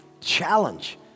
challenge